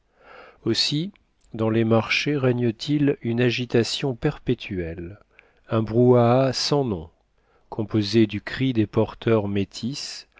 aussi dans les marchés règne t il une agitation perpétuelle un brouhaha sans nom composé du cri des porteurs métis